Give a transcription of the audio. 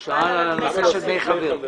הוא שאל על דמי חבר.